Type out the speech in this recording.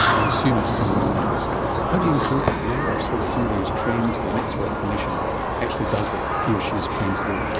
i assume it's similar in the united states. how do you improve that number so that somebody who is trained to be an expert clinician actually does what he or she is trained to do?